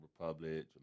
Republic